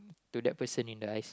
to that person in the eyes